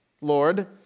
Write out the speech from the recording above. Lord